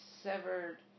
severed